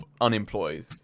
unemployed